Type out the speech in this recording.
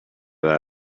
that